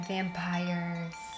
Vampires